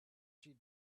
she